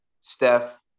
Steph